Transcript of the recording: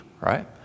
right